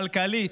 כלכלית,